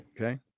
Okay